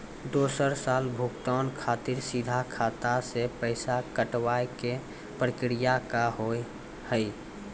दोसर साल भुगतान खातिर सीधा खाता से पैसा कटवाए के प्रक्रिया का हाव हई?